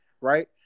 right